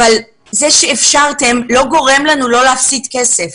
אבל זה שאפשרתם לא גורם לנו לא להפסיד כסף.